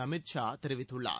அமித் ஷா தெரிவித்துள்ளார்